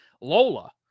Lola